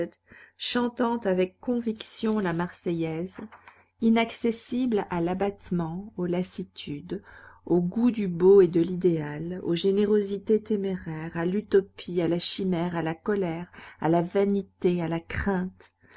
chantant avec conviction la marseillaise inaccessible à l'abattement aux lassitudes au goût du beau et de l'idéal aux générosités téméraires à l'utopie à la chimère à la colère à la vanité à la crainte